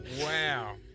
Wow